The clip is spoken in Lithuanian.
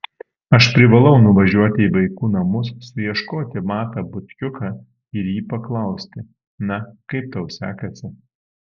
aš privalau nuvažiuoti į vaikų namus suieškoti matą butkiuką ir jį paklausti na kaip tau sekasi